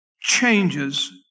changes